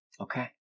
Okay